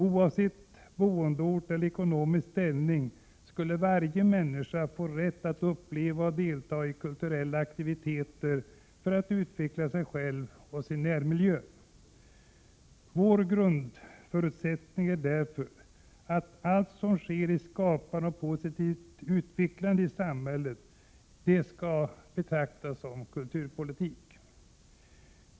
Oavsett boendeort eller ekonomisk ställning skulle varje människa få rätt att uppleva och delta i kulturella aktiviteter för att utveckla sig själv och sin närmiljö. Vår grundförutsättning är därför att allt som sker i form av skapande och positivt utvecklande i samhället skall betraktas som kultur.